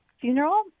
funeral